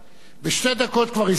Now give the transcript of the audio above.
בשתי דקות כבר הספקת.